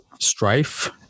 Strife